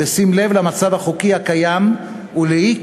בשים לב למצב החוקי הקיים ולאי-קיום